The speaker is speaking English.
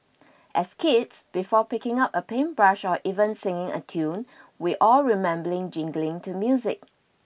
as kids before picking up a paintbrush or even singing a tune we all remember jiggling to music